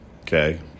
Okay